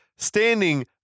Standing